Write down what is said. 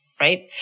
right